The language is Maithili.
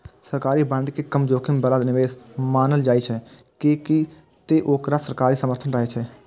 सरकारी बांड के कम जोखिम बला निवेश मानल जाइ छै, कियै ते ओकरा सरकारी समर्थन रहै छै